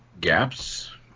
gaps